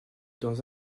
dans